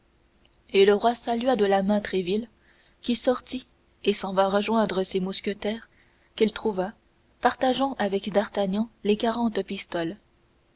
et le roi salua de la main tréville qui sortit et s'en vint rejoindre ses mousquetaires qu'il trouva partageant avec d'artagnan les quarante pistoles